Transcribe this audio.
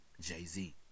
Jay-Z